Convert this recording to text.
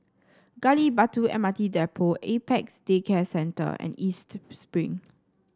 Gali Batu M R T Depot Apex Day Care Centre and East Spring